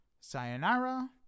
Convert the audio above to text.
Sayonara